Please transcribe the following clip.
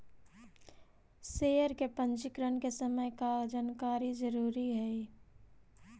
share के पंजीकरण के समय का का जानकारी जरूरी हई